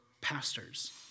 pastors